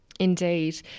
Indeed